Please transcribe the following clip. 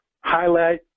highlight